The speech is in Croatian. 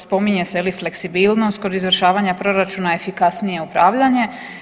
Spominje se je li fleksibilnost kod izvršavanja proračuna, efikasnije upravljanje.